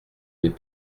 n’est